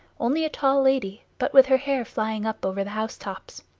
only a tall lady, but with her hair flying up over the housetops.